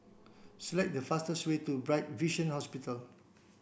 select the fastest way to Bright Vision Hospital